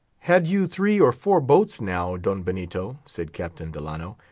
had you three or four boats now, don benito, said captain delano,